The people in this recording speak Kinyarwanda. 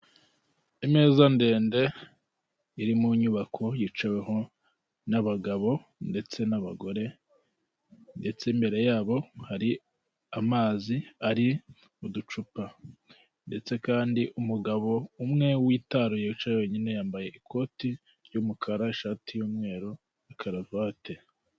Imeza ndende iri mu nyubako yicaweho n'abagabo ndetse n'abagore, ndetse imbere yabo hari amazi ari mu ducupa. Ndetse kandi umugabo umwe witaruye wicaye wenyine yambaye ikoti ry'umukara ishati y'umweru na karavate.